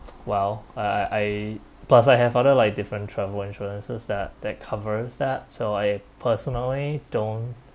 well uh I I plus I have other like different travel insurances that that covers that so I personally don't